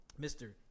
Mr